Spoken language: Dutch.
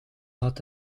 had